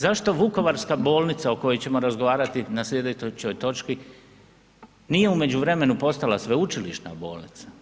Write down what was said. Zašto vukovarska bolnica o kojoj ćemo razgovarati na slijedećoj točki, nije u međuvremenu postala sveučilišna bolnica?